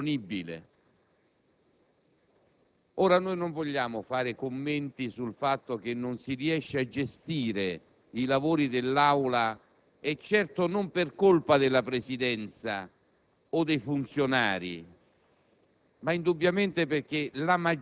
lei stia ipotizzando un percorso improponibile. Non vogliamo fare commenti sul fatto che non si riescono a gestire i lavori dell'Aula, certo non per colpa della Presidenza